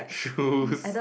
shoes